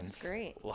Great